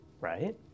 right